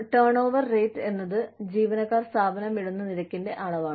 turnover rate എന്നത് ജീവനക്കാർ സ്ഥാപനം വിടുന്ന നിരക്കിന്റെ അളവാണ്